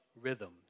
rhythms